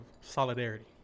solidarity